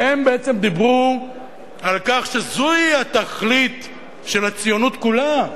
והם בעצם דיברו על כך שזוהי התכלית של הציונות כולה.